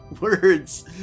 words